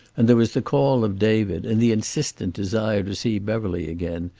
and there was the call of david, and the insistent desire to see beverly again,